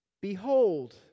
Behold